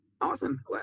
Awesome